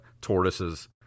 tortoises